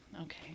okay